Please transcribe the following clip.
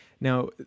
Now